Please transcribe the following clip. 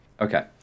okay